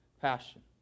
passion